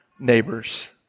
neighbors